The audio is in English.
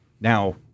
Now